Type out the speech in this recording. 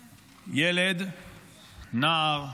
ילד, נער,